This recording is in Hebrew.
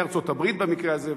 בארצות-הברית במקרה הזה,